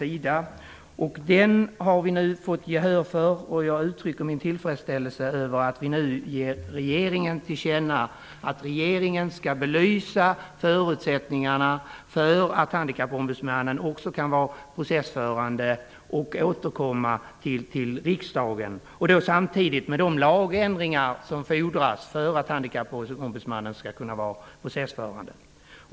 Vi har nu fått gehör för vår motion, och jag vill uttrycka min tillfredsställelse över att vi nu skall ge regeringen till känna att regeringen skall belysa förutsättningarna för att Handikappombudsmannen också kan vara processförande och återkomma till riksdagen. Det fordras lagändringar för att Handikappombudsmannen skall kunna vara processförande.